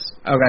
Okay